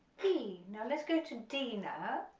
e, now let's go to d now,